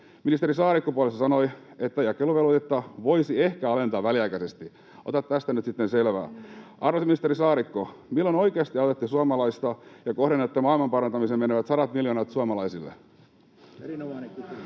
Ministeri Saarikko puolestaan sanoi, että jakeluvelvoitetta voisi ehkä alentaa väliaikaisesti. Ota tästä nyt sitten selvää. Arvoisa ministeri Saarikko, milloin oikeasti autatte suomalaista ja kohdennatte maailmanparantamiseen menevät sadat miljoonat suomalaisille? [Jukka Gustafsson: